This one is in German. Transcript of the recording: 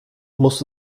musst